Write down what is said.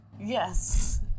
Yes